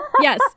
yes